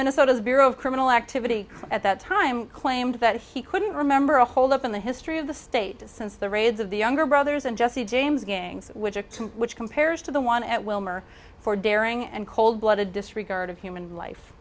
minnesota's bureau of criminal activity at that time claimed that he couldn't remember a holdup in the history of the state since the raids of the younger brothers and jesse james gangs which compares to the one at willmar for daring and cold blooded disregard of human life